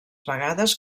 vegades